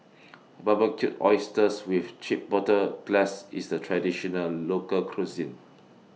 Barbecued Oysters with Chipotle Glaze IS A Traditional Local Cuisine